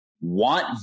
want